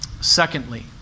Secondly